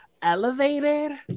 Elevated